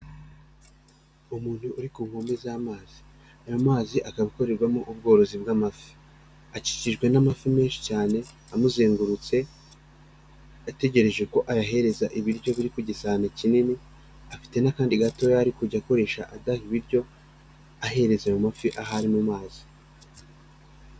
Umuntu uri ku nkombe z'amazi aya mazi akaba akorerwamo ubworozi bw'amafi, akikijwe n'amafi menshi cyane amuzengurutse ategereje ko ayahereza ibiryo biri ku gisae kinini afite n'akandi gato yari ari kujya akoresharisha adaha ibiryo ahereza ayo mafi aho ari mu mazi.